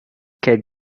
qu’elle